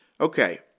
Okay